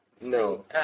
No